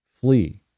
Flee